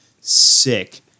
sick